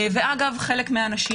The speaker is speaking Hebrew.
אגב, חלק מהאנשים